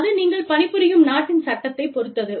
அது நீங்கள் பணிபுரியும் நாட்டின் சட்டத்தைப் பொறுத்தது